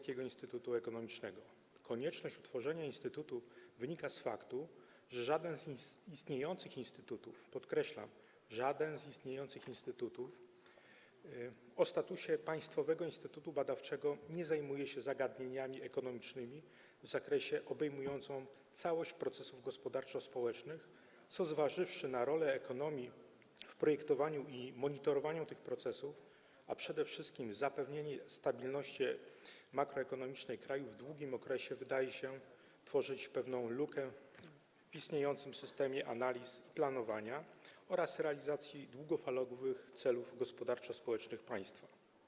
Konieczność utworzenia instytutu wynika z faktu, że żaden z istniejących instytutów, podkreślam, żaden z istniejących instytutów o statusie państwowego instytutu badawczego nie zajmuje się zagadnieniami ekonomicznymi w zakresie obejmującym całość procesów gospodarczo-społecznych, co - zważywszy na rolę ekonomii w projektowaniu i monitorowaniu tych procesów, a przede wszystkim zapewnienie stabilności makroekonomicznej kraju w długim okresie - wydaje się tworzyć pewną lukę w istniejącym systemie analiz i planowania oraz realizacji długofalowych celów gospodarczo-społecznych państwa.